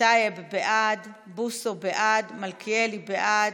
טייב, בעד, בוסו, בעד, מלכיאלי, בעד,